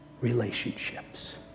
relationships